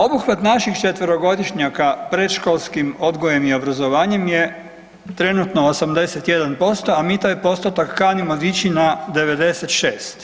Obuhvat naših 4-godišnjaka predškolskim odgojem i obrazovanjem je trenutno 81%, a mi taj postotak kanimo dići na 96.